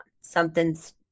Something's